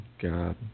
God